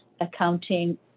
accounting